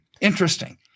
Interesting